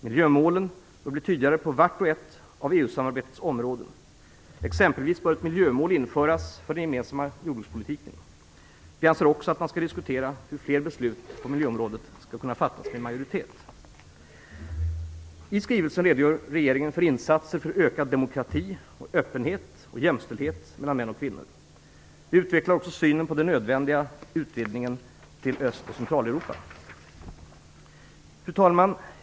Miljömålen bör bli tydligare på vart och ett av EU-samarbetets områden. Exempelvis bör ett miljömål införas för den gemensamma jordbrukspolitiken. Vi anser också att man skall diskutera hur fler beslut på miljöområdet skall kunna fattas med majoritet. I skrivelsen redogör regeringen för insatser för ökad demokrati samt för öppenhet och jämställdhet mellan män och kvinnor. Vi utvecklar också synen på den nödvändiga utvidgningen till Öst och Centraleuropa. Fru talman!